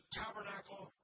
tabernacle